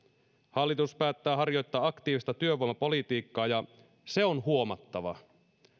hallitus päättää harjoittaa aktiivista työvoimapolitiikkaa ja se on huomattava